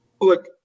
look